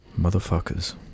Motherfuckers